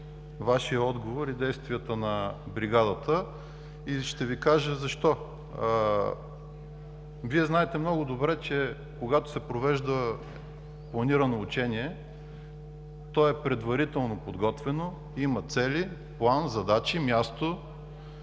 Вашия отговор и действията на бригадата и ще Ви кажа защо. Вие знаете много добре, че когато се провежда планирано учение, то е предварително подготвено – има цели, план, задачи, място